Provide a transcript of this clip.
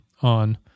on